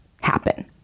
happen